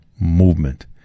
movement